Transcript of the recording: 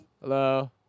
Hello